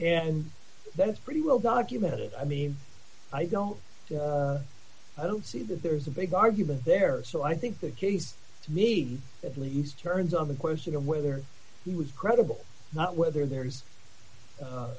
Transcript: and that's pretty well documented i mean i don't i don't see that there's a big argument there so i think that case needs at least turns on the question of whether he was credible not whether there's